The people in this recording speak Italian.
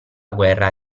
guerra